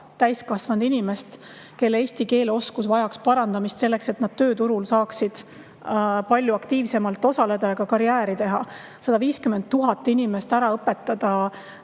täiskasvanud inimest, kelle eesti keele oskus vajaks parandamist, et nad saaksid tööturul palju aktiivsemalt osaleda ja ka karjääri teha. 150 000 inimest ära õpetada